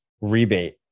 rebate